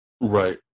Right